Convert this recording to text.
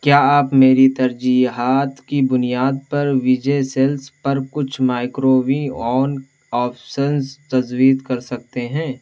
کیا آپ میری ترجیحات کی بنیاد پر وجے سیلز پر کچھ مائکرو ویو آن آپشنز تجویز کر سکتے ہیں